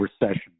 Recession